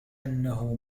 أنه